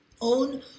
own